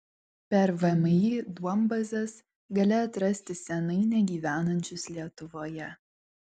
per vmi duombazes gali atrasti senai negyvenančius lietuvoje